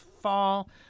fall